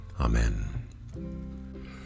Amen